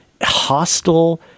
hostile